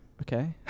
okay